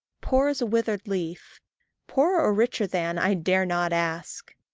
poor as withered leaf poorer or richer than, i dare not ask.